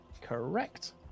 correct